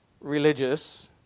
religious